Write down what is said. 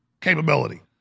capability